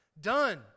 Done